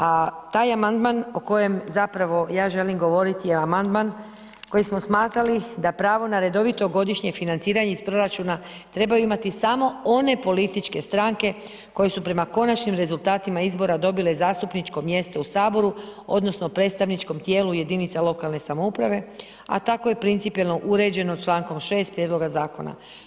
A taj amandman o kojem zapravo ja želim govoriti je amandman koji smo smatrali, da pravo na redovito godišnje financiranje iz proračuna trebaju imati samo one političke stranke koje su prema konačni rezultatima izbora dobile zastupničko mjesto u Saboru, odnosno predstavničkom tijelu jedinica lokalne samouprave, a tako je principijelno uređeno čl. 6 prijedloga zakona.